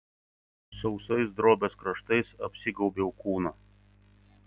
sausais drobės kraštais apsigaubiau kūną